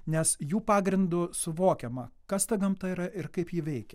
nes jų pagrindu suvokiama kas ta gamta yra ir kaip ji veikia